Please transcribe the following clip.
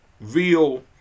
real